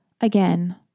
Again